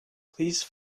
please